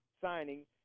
signing